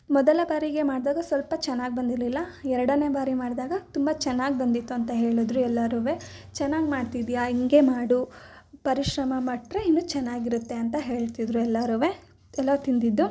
ಮೊದಲ ಬಾರಿಗೆ ಮಾಡಿದಾಗ ಸ್ವಲ್ಪ ಚೆನ್ನಾಗಿ ಬಂದಿರಲಿಲ್ಲ ಎರಡನೇ ಬಾರಿ ಮಾಡಿದಾಗ ತುಂಬ ಚೆನ್ನಾಗಿ ಬಂದಿತ್ತು ಅಂತ ಹೇಳಿದ್ರು ಎಲ್ಲರು ಚೆನ್ನಾಗಿ ಮಾಡ್ತಿದ್ದೀಯಾ ಹಿಂಗೇ ಮಾಡು ಪರಿಶ್ರಮ ಪಟ್ರೆ ಇನ್ನು ಚೆನ್ನಾಗಿರುತ್ತೆ ಅಂತ ಹೇಳ್ತಿದ್ದರು ಎಲ್ಲಾರು ಎಲ್ಲ ತಿಂದಿದ್ದು